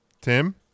tim